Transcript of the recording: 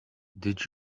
did